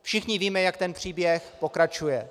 Všichni víme, jak ten příběh pokračuje.